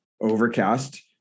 overcast